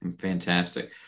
Fantastic